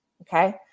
okay